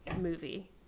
movie